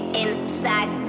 inside